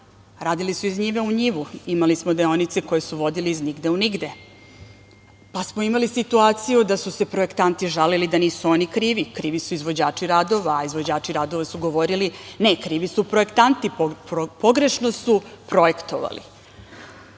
Radili su iz njive u njivu. Imali smo deonice koje su vodile iz nigde u nigde, pa smo imali situaciju da su se projektanti žalili da nisu oni krivi, krivi su izvođači radova, a izvođači radova su govorili, ne krivi su projektanti, pogrešno su projektovali.